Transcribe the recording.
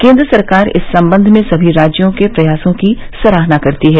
केंद्र सरकार इस संबंध में सभी राज्यों के प्रयासों की सराहना करती है